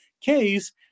case